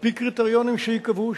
על-פי קריטריונים שייקבעו,